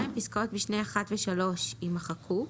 פסקאות משנה (1) ו-(3) יימחקו,